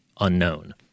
Unknown